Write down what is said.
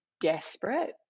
desperate